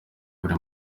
buri